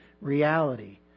reality